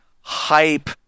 hype